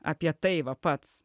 apie tai va pats